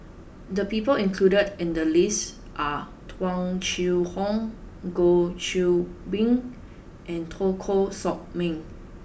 the people included in the list are Tung Chye Hong Goh Qiu Bin and Teo Koh Sock Miang